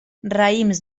raïms